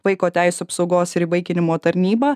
vaiko teisių apsaugos ir įvaikinimo tarnyba